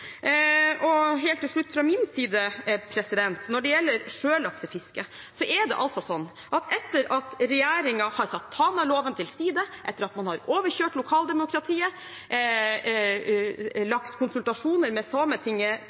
fra min side: Når det gjelder sjølaksefisket, er det altså sånn at etter at regjeringen har satt Tanaloven til side, etter at man har overkjørt lokaldemokratiet og lagt konsultasjoner med Sametinget